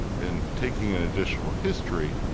in taking an additional history,